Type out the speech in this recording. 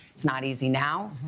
it's not easy now.